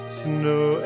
snow